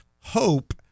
hope